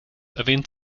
erwähnt